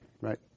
right